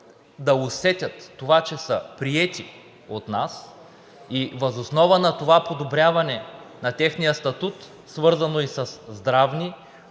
да усетят това, че са приети от нас, и въз основа на това подобряване на техния статут, свързано и със здравна